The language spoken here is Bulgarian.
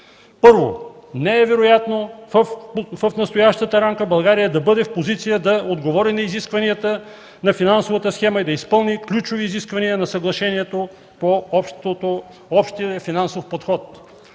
„Първо, не е вероятно в настоящата рамка България да бъде в позиция да отговори на изискванията на финансовата схема и да изпълни ключови изисквания на съглашението по общия финансов подход.